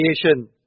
creation